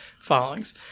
followings